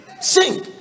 Sing